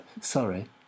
sorry